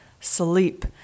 sleep